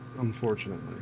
Unfortunately